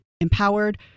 empowered